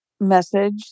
message